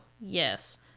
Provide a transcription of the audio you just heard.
yes